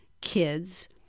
kids